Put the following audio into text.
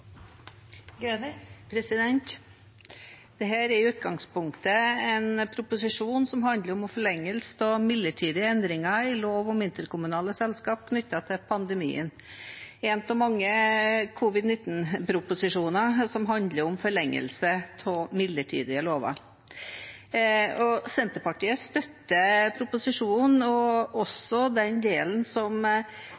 i utgangspunktet en proposisjon som handler om forlengelse av midlertidige endringer i lov om interkommunale selskaper knyttet til pandemien, en av mange covid-19-proposisjoner som handler om forlengelse av midlertidige lover. Senterpartiet støtter proposisjonen,